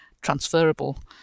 transferable